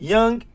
Young